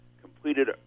completed